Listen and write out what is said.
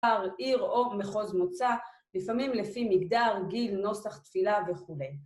עיר או מחוז מוצא, לפעמים לפי מגדר, גיל, נוסח, תפילה וכולי.